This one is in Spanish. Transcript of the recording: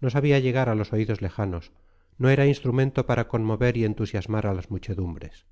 no sabía llegar a los oídos lejanos no era instrumento para conmover y entusiasmar a las muchedumbres